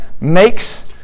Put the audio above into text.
makes